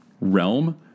realm